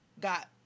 got